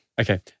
Okay